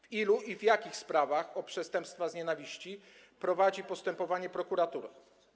W ilu i w jakich sprawach o przestępstwa z nienawiści prowadzi postępowanie prokuratura?